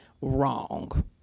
wrong